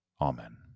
Amen